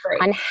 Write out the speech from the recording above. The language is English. on